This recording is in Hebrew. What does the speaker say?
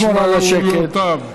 ובמשמעויותיו.